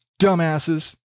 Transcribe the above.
dumbasses